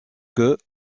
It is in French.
queue